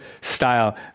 style